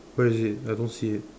where is it I don't see it